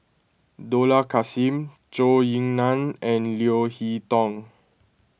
Dollah Kassim Zhou Ying Nan and Leo Hee Tong